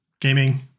gaming